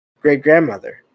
great-grandmother